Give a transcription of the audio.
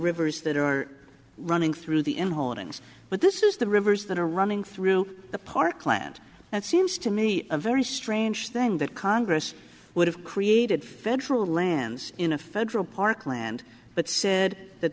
rivers that are running through the end holdings but this is the rivers that are running through the parkland that seems to me a very strange thing that congress would have created federal lands in a federal park land but said that